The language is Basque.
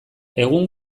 egun